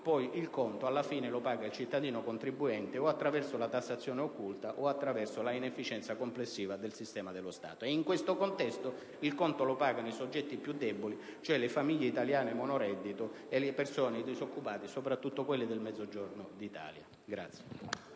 fine il conto lo paga il cittadino contribuente, o attraverso la tassazione occulta o attraverso l'inefficienza complessiva del sistema dello Stato, e in questo contesto il conto lo pagano i soggetti più deboli, cioè le famiglie italiane monoreddito e le persone disoccupate, soprattutto quelle del Mezzogiorno d'Italia.